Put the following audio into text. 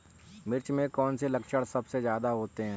मिर्च में कौन से लक्षण सबसे ज्यादा होते हैं?